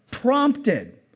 prompted